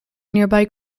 nearby